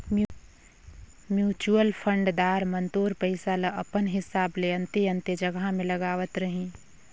mutual fund दार मन तोर पइसा ल अपन हिसाब ले अन्ते अन्ते जगहा में लगावत रहीं